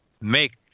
make